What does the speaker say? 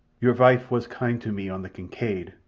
your vife was kind to me on the kincaid,